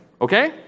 Okay